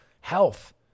health